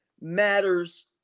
matters